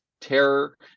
terror